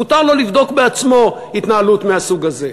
מותר לו לבדוק בעצמו התנהלות מהסוג הזה.